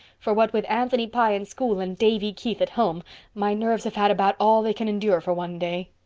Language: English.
for what with anthony pye in school and davy keith at home my nerves have had about all they can endure for one day.